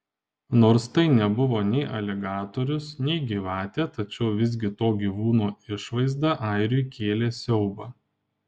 nors tai nebuvo nei aligatorius nei gyvatė tačiau visgi to gyvūno išvaizda airiui kėlė siaubą